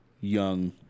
Young